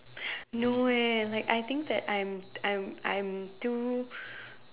no eh like I think that I'm I'm I'm too